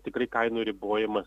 tikrai kainų ribojimas